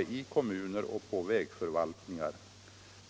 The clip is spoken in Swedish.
i kommuner och på vägförvaltningar.